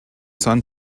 son